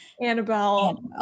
Annabelle